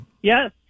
Yes